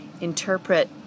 interpret